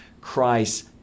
Christ